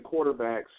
quarterbacks